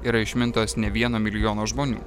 yra išmintos ne vieno milijono žmonių